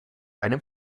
einem